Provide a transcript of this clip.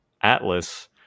Atlas